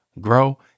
grow